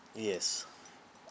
yes